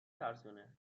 ترسونه